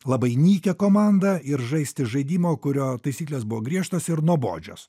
labai nykią komandą ir žaisti žaidimą kurio taisyklės buvo griežtos ir nuobodžios